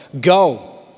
go